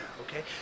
Okay